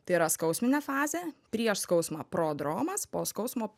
tai yra skausminė fazė prieš skausmą prodromas po skausmo